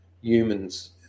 humans